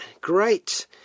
great